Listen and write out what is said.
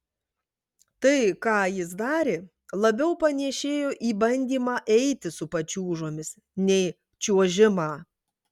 tai ką jis darė labiau panėšėjo į bandymą eiti su pačiūžomis nei čiuožimą